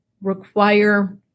require